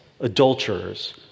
adulterers